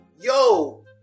Yo